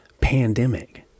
pandemic